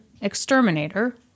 exterminator